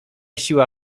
siła